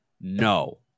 No